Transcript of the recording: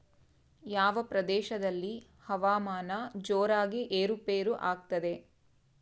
ಯಾವ ಪ್ರದೇಶಗಳಲ್ಲಿ ಹವಾಮಾನ ಜೋರಾಗಿ ಏರು ಪೇರು ಆಗ್ತದೆ?